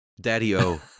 Daddy-O